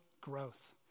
growth